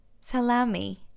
Salami